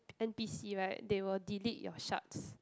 N_P_C right they will delete your shards